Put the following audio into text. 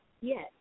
Yes